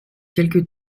quelque